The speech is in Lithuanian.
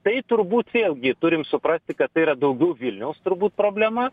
tai turbūt vėlgi turim suprasti kad tai yra daugiau vilniaus turbūt problema